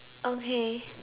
okay